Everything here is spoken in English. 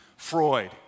Freud